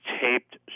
taped